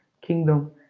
kingdom